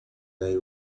they